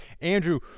Andrew